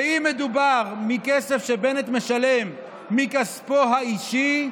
ואם מדובר בכסף שבנט משלם מכספו האישי,